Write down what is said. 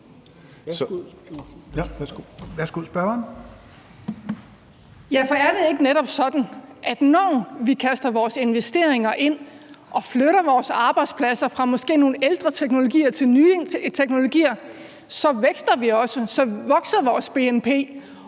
Ja, for er det ikke netop sådan, at når vi kaster vores investeringer ind og flytter vores arbejdspladser fra måske nogle ældre teknologier til nye teknologier, så vækster vi også? Så vokser vores bnp,